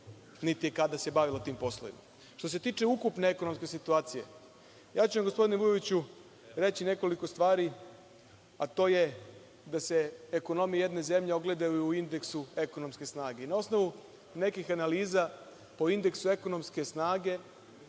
niti se kada bavilo tim poslom. Što se tiče ukupne ekonomske situacije, ja ću vam, gospodine Vujoviću, reći nekoliko stvari, a to je da se ekonomija jedne zemlje ogleda i u indeksu ekonomske snage. Na osnovu nekih analiza, po indeksu ekonomske snage,